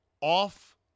off